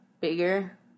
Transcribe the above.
bigger